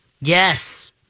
Yes